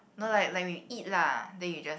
no like like you eat lah then you just